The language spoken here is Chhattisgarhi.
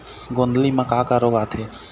गोंदली म का का रोग आथे?